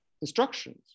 instructions